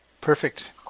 Perfect